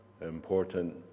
important